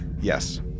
Yes